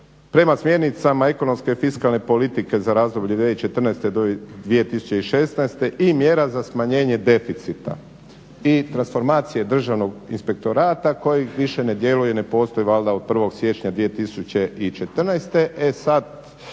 Prema smjernicama ekonomske i fiskalne politike za razdoblje 2014.-2016.i mjera za smanjenje deficita i transformacije državnog inspektorata koji više ne djeluje, ne postoji valjda od 1.siječnja 2014.